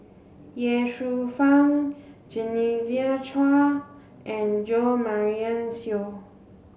Ye Shufang Genevieve Chua and Jo Marion Seow